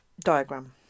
Diagram